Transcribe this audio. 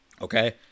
Okay